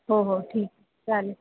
हो हो ठीक चालेल